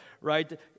right